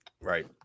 right